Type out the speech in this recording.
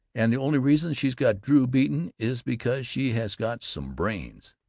and the only reason she's got drew beaten is because she has got some brains!